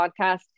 podcast